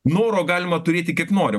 noro galima turėti kiek nori